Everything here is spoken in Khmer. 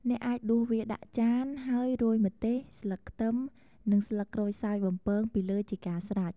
អ្នកអាចដួសវាដាក់ចាន ហើយរោយម្ទេស ស្លឹកខ្ទឹម និងស្លឹកក្រូចសើចបំពង ពីលើជាការស្រេច។